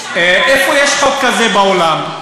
איפה יש חוק כזה בעולם?